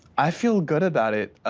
i feel good about it.